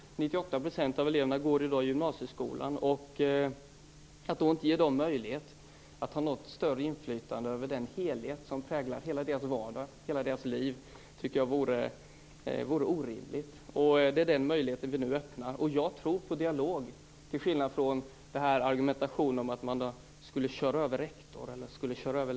98 % av eleverna går i dag i gymnasieskola. Det vore orimligt att då inte ge dem möjlighet till något större inflytande över den helhet som präglar hela deras vardag och deras liv. Det är den möjligheten vi nu ger. Jag tror på dialog, till skillnad från resonemanget om att rektorer och lärare skulle köras över.